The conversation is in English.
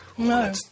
No